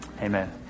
amen